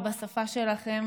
ובשפה שלכם,